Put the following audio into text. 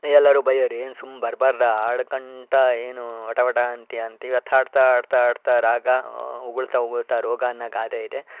ಎಲ್ಲರೂ ಬಯ್ಯೋರು ಏನು ಸುಮ್ ಬರಬಾರದಾ ಹಾಡ್ಕಂತ ಏನು ವಟವಟ ಅಂತೀಯ ಅಂತ ಇವತ್ತು ಹಾಡ್ತಾ ಹಾಡ್ತಾ ಹಾಡ್ತಾ ಹಾಡ್ತಾ ರಾಗ ಉಗುಳ್ತಾ ಉಗುಳ್ತಾ ರೋಗ ಅನ್ನೋ ಗಾದೆ ಇದೆ